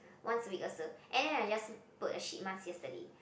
once a week also and then I just put a sheet mask yesterday